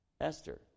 Esther